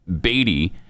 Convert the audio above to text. Beatty